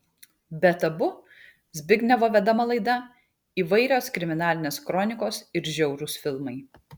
be tabu zbignevo vedama laida įvairios kriminalinės kronikos ir žiaurūs filmai